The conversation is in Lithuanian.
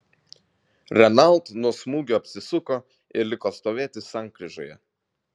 renault nuo smūgio apsisuko ir liko stovėti sankryžoje